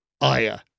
Aya